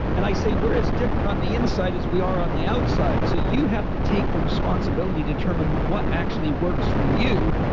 and i say, we're as different on the inside as we are on the outside. so you have to take the responsibility to determine what actually works for you.